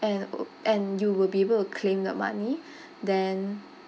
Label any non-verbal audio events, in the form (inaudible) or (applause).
and (noise) and you will be able to claim the money (breath) then